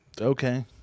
Okay